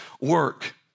work